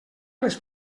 les